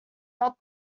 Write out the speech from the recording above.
not